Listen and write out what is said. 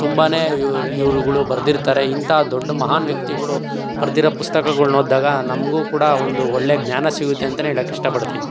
ತುಂಬ ಇವ್ರ ಇವರುಗಳು ಬರೆದಿರ್ತಾರೆ ಇಂಥಾ ದೊಡ್ಡ ಮಹಾನ್ ವ್ಯಕ್ತಿಗಳು ಬರೆದಿರೋ ಪುಸ್ತಕಗಳ್ನ ಓದ್ದಾಗ ನಮಗು ಕೂಡ ಒಂದು ಒಳ್ಳೆ ಜ್ಞಾನ ಸಿಗುತ್ತೆ ಅಂತ ಹೇಳಕ್ ಇಷ್ಟಪಡ್ತಿನಿ